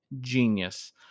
genius